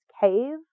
cave